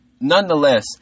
nonetheless